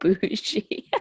bougie